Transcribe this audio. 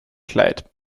kleid